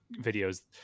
videos